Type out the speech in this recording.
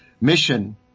mission